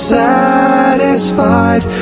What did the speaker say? satisfied